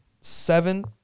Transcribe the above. Seven